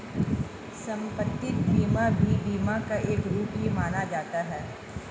सम्पत्ति बीमा भी बीमा का एक रूप ही माना जाता है